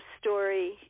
story